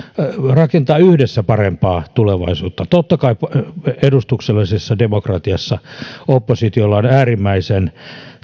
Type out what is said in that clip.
rakentaa parempaa tulevaisuutta totta kai edustuksellisessa demokratiassa oppositiolla on äärimmäisen